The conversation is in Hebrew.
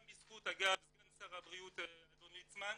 גם בזכות אגב שר הבריאות אדון ליצמן,